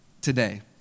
today